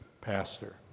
pastor